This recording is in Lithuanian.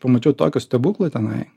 pamačiau tokių stebuklų tenai